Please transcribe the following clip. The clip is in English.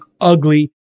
ugly